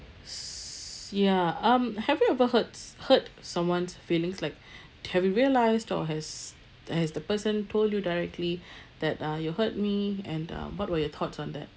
s~ ya um have you ever hurt s~ hurt someone's feelings like have you realized or has the has the person told you directly that uh you hurt me and um what were your thoughts on that